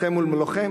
לוחם מול לוחם,